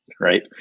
right